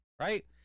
right